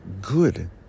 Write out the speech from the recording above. good